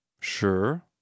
sure